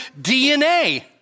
DNA